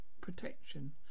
protection